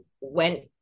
went